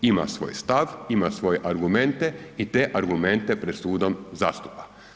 Ima svoj stav, ima svoje argumente i te argumente pred sudom zastupa.